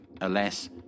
alas